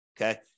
Okay